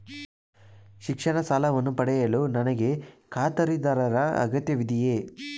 ಶಿಕ್ಷಣ ಸಾಲವನ್ನು ಪಡೆಯಲು ನನಗೆ ಖಾತರಿದಾರರ ಅಗತ್ಯವಿದೆಯೇ?